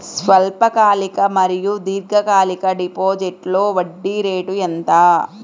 స్వల్పకాలిక మరియు దీర్ఘకాలిక డిపోజిట్స్లో వడ్డీ రేటు ఎంత?